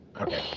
Okay